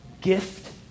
Gift